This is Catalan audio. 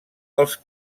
els